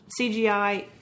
CGI